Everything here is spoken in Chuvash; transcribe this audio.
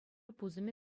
пусӑмӗ